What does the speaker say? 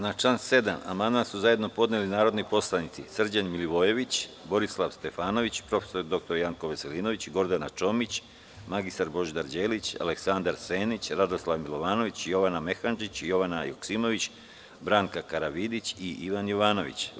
Na član 7. amandman su zajedno podneli narodni poslanici Srđan Milivojević, Borislav Stefanović, prof. dr Janko Veselinović, Gordana Čomić, mr Božidar Đelić, Aleksandar Senić, Radoslav Milovanović, Jovana Mehandžić, Jovana Joksimović, Branka Karavidić i Ivan Jovanović.